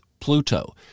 Pluto